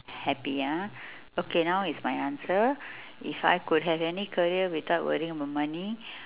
happy ah okay now is my answer if I could have any career without worrying about money